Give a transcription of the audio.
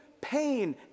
pain